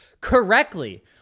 correctly